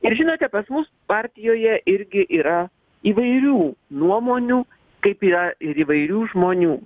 ir žinote pas mus partijoje irgi yra įvairių nuomonių kaip yra ir įvairių žmonių